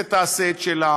הכנסת תעשה את שלה